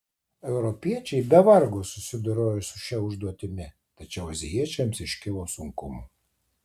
europiečiai be vargo susidorojo su šia užduotimi tačiau azijiečiams iškilo sunkumų